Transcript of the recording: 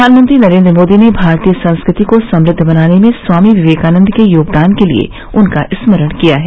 प्रधानमंत्री नरेन्द्र मोदी ने भारतीय संस्कृति को समृद्व बनाने में स्वामी विवेकानन्द के योगदान के लिए उनका स्मरण किया है